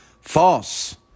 false